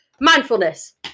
mindfulness